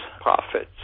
profits